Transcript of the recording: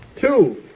two